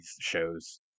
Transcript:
shows